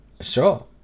Sure